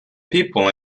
people